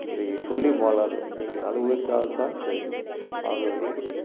இதை சொல்லி மாளாது நீங்கள் அனுபவித்தால் தான் தெரியும் ஆகவே